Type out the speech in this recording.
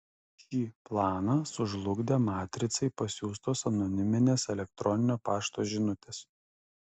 šį planą sužlugdė matricai pasiųstos anoniminės elektroninio pašto žinutės